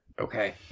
Okay